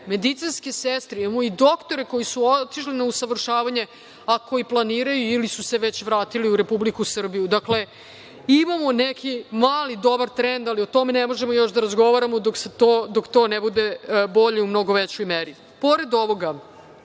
medicinske sestre, imamo i doktore koji su otišli na usavršavanje a koji planiraju ili su se već vratili u Republiku Srbiju. Dakle, imamo neki mali dobar trend, ali o tome ne možemo još da razgovaramo dok to ne bude bolje i u mnogo većoj meri. Pred